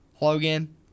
Logan